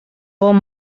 bon